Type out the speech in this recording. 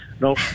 No